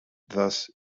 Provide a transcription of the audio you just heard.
thus